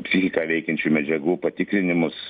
psichiką veikiančių medžiagų patikrinimus